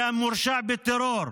והמורשע בטרור,